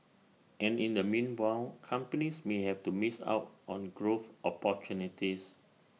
and in the meanwhile companies may have to miss out on growth opportunities